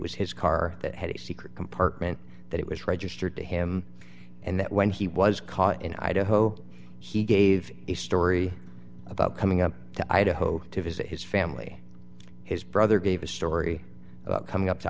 was his car that had a secret compartment that it was registered to him and that when he was caught in idaho he gave a story about coming up to idaho to visit his family his brother gave a story about coming up to